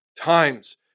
times